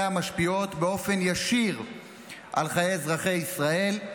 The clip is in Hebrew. משפיעות באופן ישיר על חיי אזרחי ישראל.